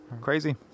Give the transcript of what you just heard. Crazy